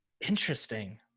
Interesting